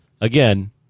again